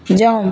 jump